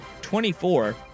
24